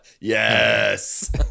Yes